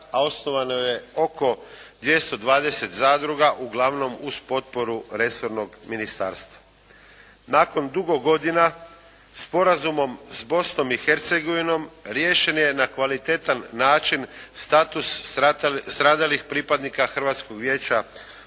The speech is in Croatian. a osnovano je oko 220 zadruga uglavnom uz potporu resornog Ministarstva. Nakon dugo godina sporazumom s Bosnom i Hercegovinom riješen je na kvalitetan način status stradalih pripadnika Hrvatskog vijeća